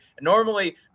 Normally